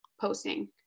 posting